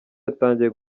yatangiye